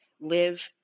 live